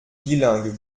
bilingues